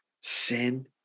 sin